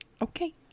Okay